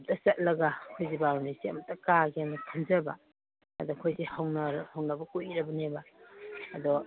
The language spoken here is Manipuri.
ꯑꯝꯇ ꯆꯠꯂꯒ ꯑꯩꯈꯣꯏꯒꯤ ꯕꯥꯔꯨꯅꯤꯁꯦ ꯑꯝꯇ ꯀꯥꯒꯦꯅ ꯈꯟꯖꯕ ꯑꯗ ꯑꯩꯈꯣꯏꯁꯦ ꯍꯧꯅꯕ ꯀꯨꯏꯔꯕꯅꯦꯕ ꯑꯗꯣ